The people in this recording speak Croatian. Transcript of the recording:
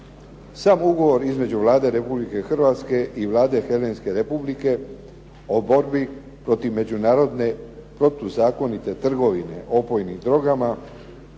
Sam ugovor između Vlade Republike Hrvatske i Vlade Helenske Republike o borbi protiv međunarodne o borbi protiv međunarodne